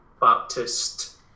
Baptist